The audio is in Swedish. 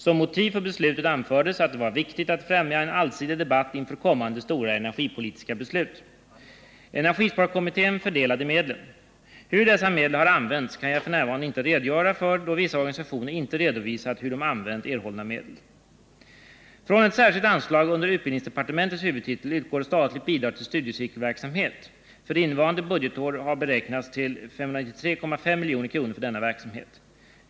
Som motiv för beslutet anfördes att det var viktigt att främja en allsidig debatt inför kommande stora energipolitiska beslut. Energisparkommittén fördelade medlen. Hur dessa medel har använts kan jag f. n. inte redogöra för, då vissa organisationer inte har redovisat hur de har använt erhållna medel. Från ett särskilt anslag under utbildningsdepartementets huvudtitel utgår statligt bidrag till studiecirkelverksamhet. För innevarande budgetår har beräknats 593,5 milj.kr. för denna verksamhet.